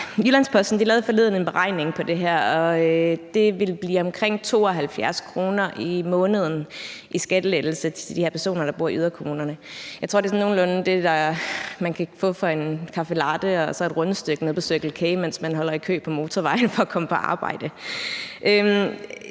Jyllands-Posten lavede forleden en beregning af det her, og det ville blive omkring 72 kr. om måneden i skattelettelse til de her personer, der bor i yderkommunerne. Jeg tror, det sådan er nogenlunde det, man kan få en caffe latte og et rundstykke for nede på Cirkle K, mens man holder i kø på motorvejen for at komme på arbejde.